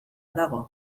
dago